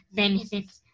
benefits